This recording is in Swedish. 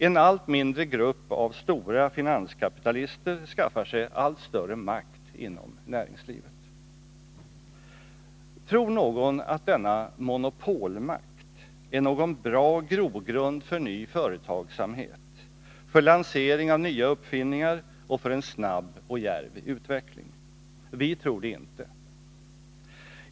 En allt mindre grupp av stora finanskapitalister skaffar sig allt större makt inom näringslivet. Tror någon att denna monopolmakt är någon bra grogrund för ny företagsamhet, för lansering av nya uppfinningar och för en snabb och djärv utveckling? Vi tror det inte.